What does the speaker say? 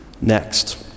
next